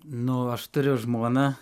nu aš turiu žmoną